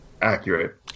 Accurate